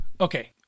Okay